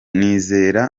nizera